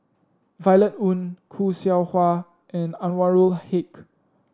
Violet Oon Khoo Seow Hwa and Anwarul Haque